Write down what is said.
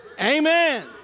Amen